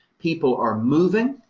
people are moving,